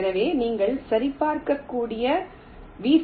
எனவே நீங்கள் சரிபார்க்கக்கூடிய வி